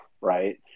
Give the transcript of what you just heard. right